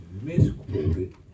misquoted